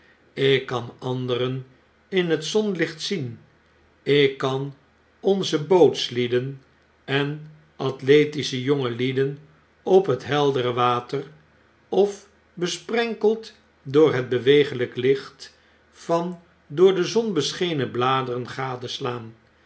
ik kan anderen in het zonlicht zien ik kan onze bootslieden en athletische jongelieden op het heldere water of besprenkeld door het beweeglyk licht van door de zon beschenen bladeren gadeslaan